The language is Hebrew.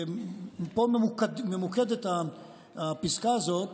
פה ממוקדת הפסקה הזאת